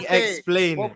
explain